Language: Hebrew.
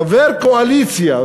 חבר הקואליציה,